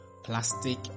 plastic